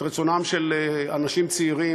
את רצונם של אנשים צעירים,